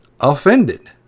offended